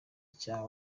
icyaha